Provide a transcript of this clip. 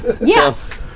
Yes